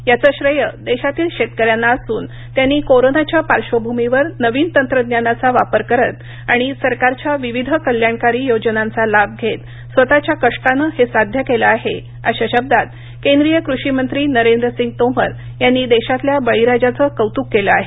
याच श्रेय देशातील शेतकऱ्यांना असून त्यांनी कोरोनाच्या पार्श्वभूमीवर नवीन तंत्रज्ञानाचा वापर करत आणि सरकारच्या विविध कल्याणकारी योजनांचा लाभ घेत स्वतःच्या कष्टानं हे साध्य केलं आहे अशा शब्दात केंद्रीय कृषी मंत्री नरेंद्र सिंग तोमर यांनी देशातल्या बळीराजाचं कौतुक केलं आहे